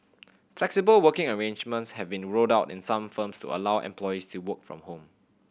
flexible working arrangements have been rolled out in some firms to allow employees to work from home